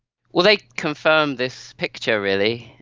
well, they confirm this picture really.